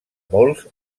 molts